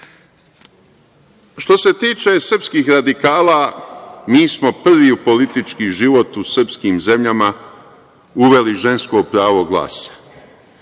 se tiče srpskih radikala, mi smo prvi u politički život u srpskim zemljama uveli žensko pravo